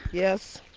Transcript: yes.